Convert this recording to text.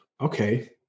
okay